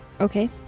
Okay